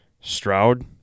Stroud